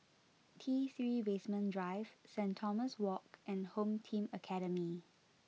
T three Basement Drive Saint Thomas Walk and Home Team Academy